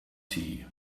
tea